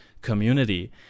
community